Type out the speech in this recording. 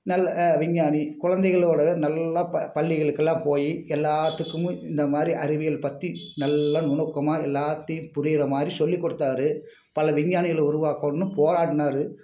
நல்ல விஞ்ஞானி குழந்தைகளோடு நல்லா ப பள்ளிகளுக்கெல்லாம் போய் எல்லாத்துக்கும் இந்தமாதிரி அறிவியல் பற்றி நல்லா நுணுக்கமாக எல்லாத்தையும் புரியமாதிரி சொல்லிக்கொடுத்தார் பல விஞ்ஞானிகளை உருவாக்கணும்னு போராடினாரு